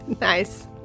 nice